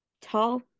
tall